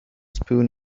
spoon